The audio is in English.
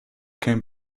came